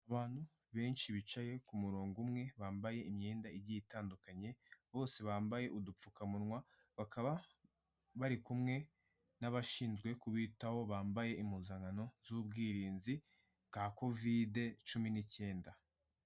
Abantu benshi bicaye ku murongo umwe bambaye imyenda igiye itandukanye, bose bambaye udupfukamunwa, bakaba bari kumwe n'abashinzwe kubitaho bambaye impozankano z'ubwirinzi bwa kovide cumi n'icyenda.